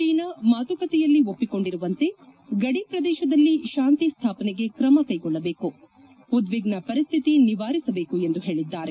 China ಮಾತುಕತೆಯಲ್ಲಿ ಒಪ್ಲಿಕೊಂಡಿರುವಂತೆ ಗಡಿ ಪ್ರದೇಶದಲ್ಲಿ ಶಾಂತಿ ಸ್ನಾಪನೆಗೆ ತ್ರಮ ಕೈಗೊಳ್ಲಜೇಕು ಉದ್ನಿಗ್ಯ ಪರಿಸ್ತಿತಿ ನಿವಾರಿಸಬೇಕು ಎಂದು ಹೇಳಿದ್ದಾರೆ